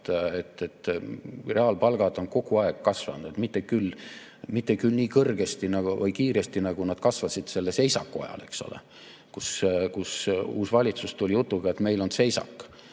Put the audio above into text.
Reaalpalgad on kogu aeg kasvanud, mitte küll nii kiiresti, nagu nad kasvasid selle seisaku ajal. Eks ole, uus valitsus tuli jutuga, et meil on seisak.